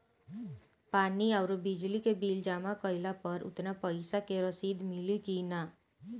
पानी आउरबिजली के बिल जमा कईला पर उतना पईसा के रसिद मिली की न?